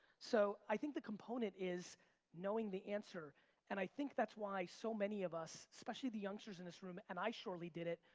so, i think the component is knowing the answer and i think that's why so many of us, especially the youngsters in this room, and i surely did it,